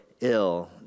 ill